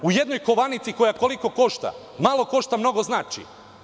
U jednoj kovanici koja koliko košta, malo košta, mnogo znači.